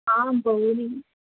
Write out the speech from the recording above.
आं बहूनि